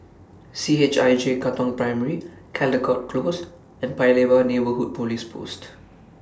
C H I J Katong Primary Caldecott Close and Paya Lebar Neighbourhood Police Post